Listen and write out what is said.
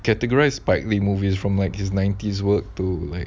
categorised spike lee movies from like his nineties work to like